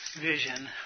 vision